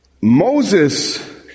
Moses